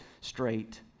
straight